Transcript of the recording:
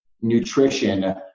nutrition